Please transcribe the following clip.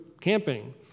camping